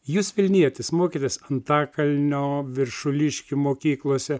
jūs vilnietis mokėtės antakalnio viršuliškių mokyklose